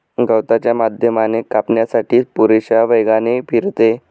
गवताच्या माध्यमाने कापण्यासाठी पुरेशा वेगाने फिरते